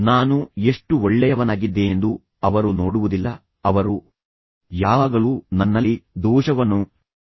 ನಾನು ಎಷ್ಟು ಒಳ್ಳೆಯವನಾಗಿದ್ದೇನೆಂದು ಅವರು ನೋಡುವುದಿಲ್ಲ ಅವರು ಯಾವಾಗಲೂ ನನ್ನಲ್ಲಿ ದೋಷವನ್ನು ಕಂಡುಕೊಳ್ಳುತ್ತಾರೆ